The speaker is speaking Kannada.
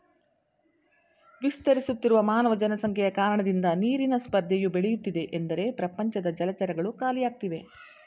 ವಿಸ್ತರಿಸುತ್ತಿರುವ ಮಾನವ ಜನಸಂಖ್ಯೆಯ ಕಾರಣದಿಂದ ನೀರಿನ ಸ್ಪರ್ಧೆಯು ಬೆಳೆಯುತ್ತಿದೆ ಎಂದರೆ ಪ್ರಪಂಚದ ಜಲಚರಗಳು ಖಾಲಿಯಾಗ್ತಿವೆ